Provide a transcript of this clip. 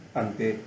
ante